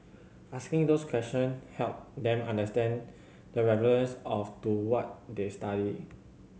asking those question helped them understand the relevance of to what they study